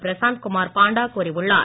பிரஷாந்த் குமார் பாண்டா கூறியுள்ளார்